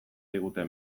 digute